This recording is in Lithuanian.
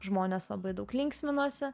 žmonės labai daug linksminosi